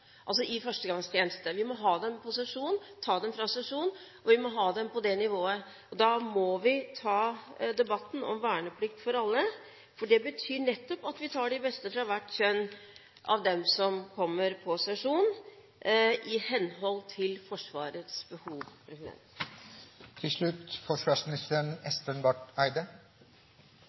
altså i førstegangstjenesten. Vi må ha dem på sesjon, ta dem fra sesjon, vi må ha dem på det nivået. Da må vi ta debatten om verneplikt for alle, for det betyr nettopp at vi tar de beste fra hvert kjønn av dem som kommer på sesjon, i henhold til Forsvarets behov.